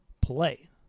play